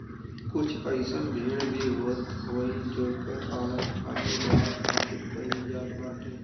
कुछ अइसन भेड़ भी होत हई जेकर पालन खाली बाल खातिर कईल जात बाटे